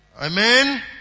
Amen